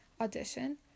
audition